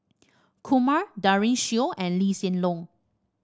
Kumar Daren Shiau and Lee Hsien Loong